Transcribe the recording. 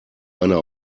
einer